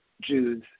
Jews